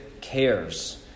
cares